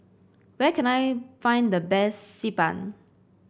where can I find the best Xi Ban